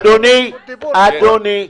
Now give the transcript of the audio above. אדוני, אדוני, אדוני.